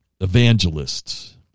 evangelists